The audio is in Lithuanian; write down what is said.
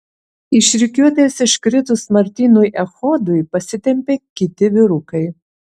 iš rikiuotės iškritus martynui echodui pasitempė kiti vyrukai